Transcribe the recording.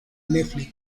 netflix